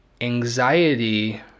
Anxiety